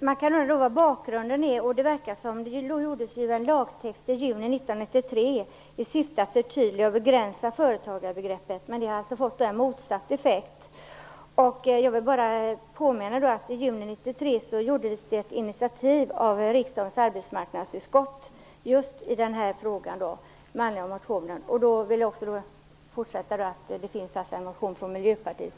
Man kan undra vad bakgrunden till detta är. Det gjordes ju en lagtext i juni 1993 i syfte att förtydliga och begränsa företagarbegreppet, men det har fått motsatt effekt. Jag vill påminna om att arbetsmarknadsutskottet tog ett initiativ i den här frågan med anledning av just av en motion från Miljöpartiet.